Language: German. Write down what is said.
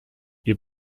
ihr